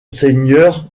seigneurs